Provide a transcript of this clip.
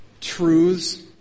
truths